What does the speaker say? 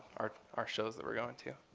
our our shows that we are going to.